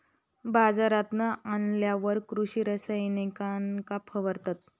बाजारांतना आणल्यार कृषि रसायनांका फवारतत